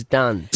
done